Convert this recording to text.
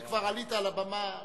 וכבר עלית על הבמה.